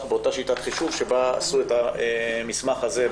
באותה שיטת חישוב שבה עשו את המסמך הזה.